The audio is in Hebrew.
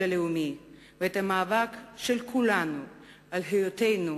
הלאומי ואת המאבק של כולנו על היותנו